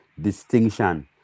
distinction